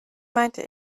meinte